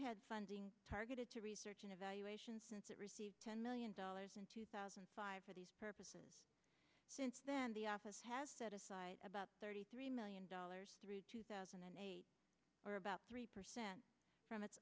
had funding targeted to research and evaluation since it received ten million dollars in two thousand and five for these purposes since then the office has set aside about thirty three million dollars through two thousand and eight or about three percent from it